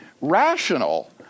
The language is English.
rational